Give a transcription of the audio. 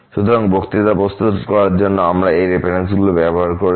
সুতরাং বক্তৃতা প্রস্তুত করার জন্য আমরা এই রেফারেন্সগুলি ব্যবহার করেছি